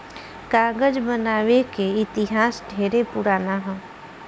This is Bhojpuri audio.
कागज बनावे के इतिहास ढेरे पुरान ह